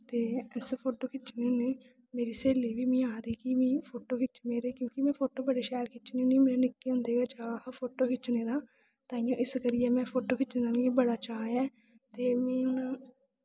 ते अस फोटो खिच्चने होन्नें मेरी स्हेली बी मिगी आखदी कि में फोटो खिच्च मेरे क्योंकि में फोटो बड़े शैल खिच्चनी होन्नीं मी निक्के होंदे गै चाऽ हा फोटो खिच्चने दा ते इस करियै मिगी फोटो खिच्चने दा बड़ा चाऽ ऐ ते में